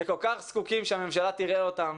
שכל כך זקוקים שהממשלה תראה אותם